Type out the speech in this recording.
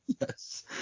Yes